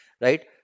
Right